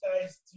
guys